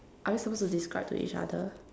are we supposed to describe to each other